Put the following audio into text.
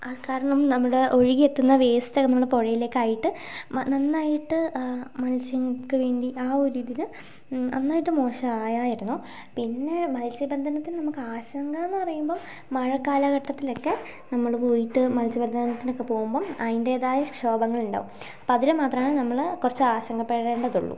ആ കാരണം നമ്മുടെ ഒഴുകിയെത്തുന്ന വേസ്റ്റ് നമ്മുടെ പുഴയിലേക്കായിട്ട് നന്നായിട്ട് മത്സ്യങ്ങക്ക് വേണ്ടി ആ ഒരു ഇതിൽ നന്നായിട്ട് മോശം ആയിരുന്നു പിന്നെ മത്സ്യബന്ധനത്തിന് നമുക്ക് ആശങ്കയെന്നു പറയുമ്പം മഴക്കാലഘട്ടത്തിലൊക്കെ നമ്മൾ പോയിട്ട് മൽസ്യബന്ധനത്തിനൊക്കെ പോവുമ്പം അയിൻ്റേതായ ക്ഷോഭങ്ങളുണ്ടാവും അപ്പോൾ അതിൽ മാത്രമാണ് നമ്മൾ കുറച്ച് ആശങ്കപ്പെടേണ്ടതുള്ളൂ